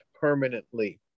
permanently